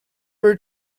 were